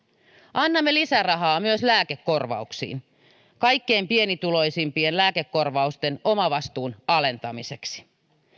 annamme lisärahaa myös lääkekorvauksiin kaikkein pienituloisimpien lääkekorvausten omavastuun alentamiseksi